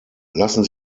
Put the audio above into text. lassen